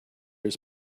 his